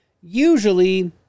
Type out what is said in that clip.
usually